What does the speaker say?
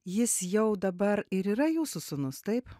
jis jau dabar ir yra jūsų sūnus taip